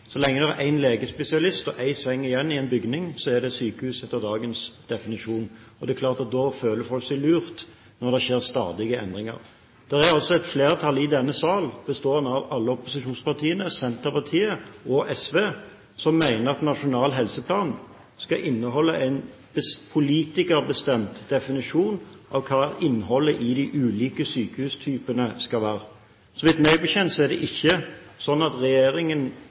Så lenge det er én legespesialist og én seng igjen i en bygning, er det sykehus etter dagens definisjon. Det er klart at folk føler seg lurt når det stadig skjer endringer. Det er også et flertall i denne sal – bestående av alle opposisjonspartiene, Senterpartiet og SV – som mener at Nasjonal helseplan skal inneholde en politikerbestemt definisjon av hva innholdet i de ulike sykehustypene skal være. Meg bekjent er dette en regjering som har flertall i Stortinget, men det